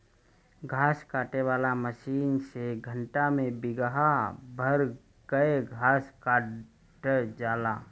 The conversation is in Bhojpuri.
घास काटे वाला मशीन से घंटा में बिगहा भर कअ घास कटा जाला